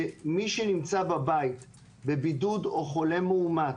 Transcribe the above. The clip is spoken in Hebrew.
שמי שנמצא בבית בבידוד, חולה מאומת,